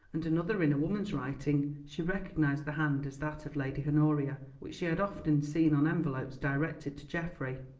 and another in a woman's writing. she recognised the hand as that of lady honoria, which she had often seen on envelopes directed to geoffrey,